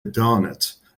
doughnut